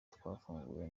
twafunguye